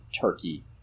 turkey